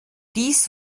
dies